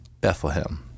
Bethlehem